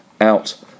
out